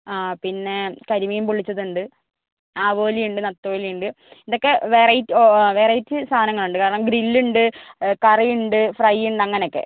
ആ പിന്നെ കരിമീൻ പൊള്ളിച്ചത് ഉണ്ട് ആവോലി ഉണ്ട് നത്തോലി ഉണ്ട് ഇത് ഒക്കെ വെറൈറ്റി ഓ വെറൈറ്റി സാധനങ്ങൾ ഉണ്ട് കാരണം ഗ്രില്ല് ഉണ്ട് കറി ഉണ്ട് ഫ്രൈ ഉണ്ട് അങ്ങനെ ഒക്കെ